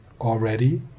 already